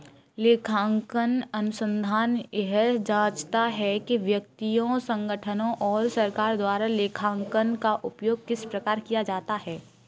लेखांकन अनुसंधान यह जाँचता है कि व्यक्तियों संगठनों और सरकार द्वारा लेखांकन का उपयोग किस प्रकार किया जाता है